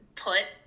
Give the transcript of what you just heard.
put